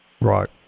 right